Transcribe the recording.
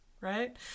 right